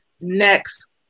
next